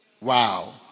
Wow